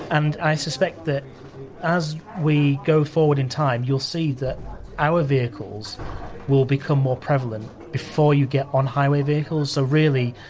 and i suspect that as we go forward in time you'll see that our vehicles will become more prevalent before you get on highway vehicles. so, really,